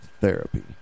therapy